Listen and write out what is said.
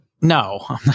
no